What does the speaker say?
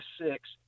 six